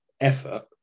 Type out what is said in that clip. effort